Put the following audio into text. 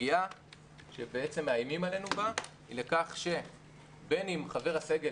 הפגיעה שמאיימים עלינו בה היא בכך שבין אם חבר הסגל